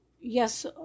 yes